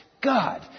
God